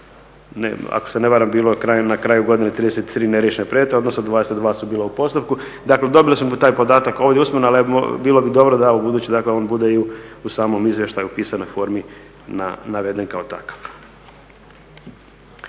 ako se ne varam bilo na kraju godine 33 neriješena predmeta, odnosno 22 su bila u postupku. Dakle, dobili smo taj podatak ovdje usmeno, ali bilo bi dobro da u buduće, dakle on bude i u samom izvještaju, pisanoj formi naveden kao takav.